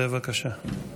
בבקשה.